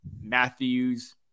Matthews